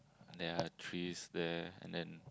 there are trees there and then